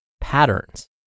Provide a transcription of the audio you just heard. patterns